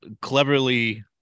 cleverly